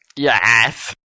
Yes